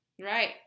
Right